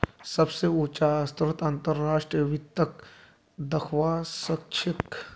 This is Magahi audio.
सबस उचा स्तरत अंतर्राष्ट्रीय वित्तक दखवा स ख छ